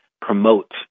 promote